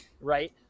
Right